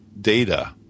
data